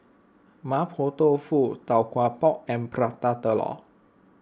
Mapo Tofu Tau Kwa Pau and Prata Telur